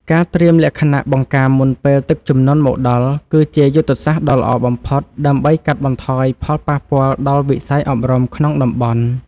ការត្រៀមលក្ខណៈបង្ការមុនពេលទឹកជំនន់មកដល់ គឺជាយុទ្ធសាស្ត្រដ៏ល្អបំផុត ដើម្បីកាត់បន្ថយផលប៉ះពាល់ដល់វិស័យអប់រំក្នុងតំបន់។